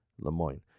Lemoyne